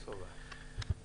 חבר הכנסת סובה, בבקשה.